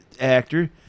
actor